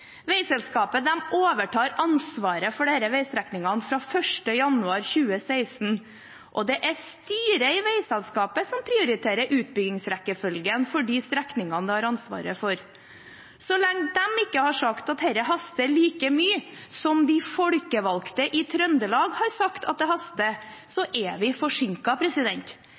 overtar ansvaret for disse veistrekningene 1. januar 2016, og det er styret i veiselskapet som prioriterer utbyggingsrekkefølgen for de strekningene de har ansvaret for. Så lenge de ikke har sagt at dette haster like mye som de folkevalgte i Trøndelag har sagt at det haster,